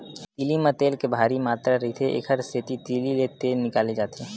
तिली म तेल के भारी मातरा रहिथे, एकर सेती तिली ले तेल निकाले जाथे